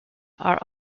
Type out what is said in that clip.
are